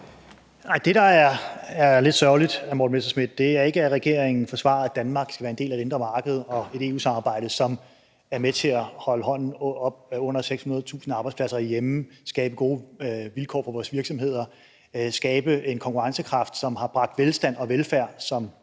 hr. Morten Messerschmidt, er ikke, at regeringen forsvarer, at Danmark skal være en del af det indre marked og et EU-samarbejde, som er med til at holde hånden under 600.000 arbejdspladser herhjemme, skabe gode vilkår for vores virksomheder, skabe en konkurrencekraft, som har bragt velstand og velfærd til